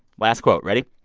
last quote ready?